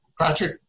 Patrick